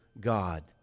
God